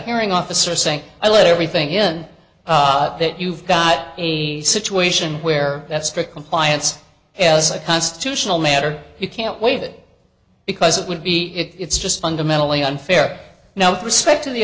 hearing officer saying i let everything in that you've got a situation where that strict compliance is a constitutional matter you can't waive it because it would be it's just fundamentally unfair now respect to the